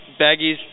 baggies